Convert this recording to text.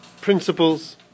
principles